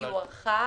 היא הוארכה